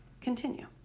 Continue